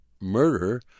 murder